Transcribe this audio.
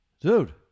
Dude